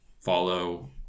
follow